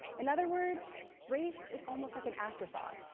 in other words, race is almost like an afterthought,